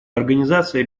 организации